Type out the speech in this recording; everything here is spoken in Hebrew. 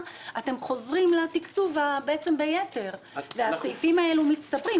אתם חוזרים לתקצוב ביתר והסעיפים האלה מצטברים.